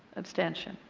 abstention.